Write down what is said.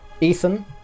Ethan